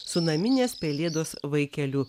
su naminės pelėdos vaikeliu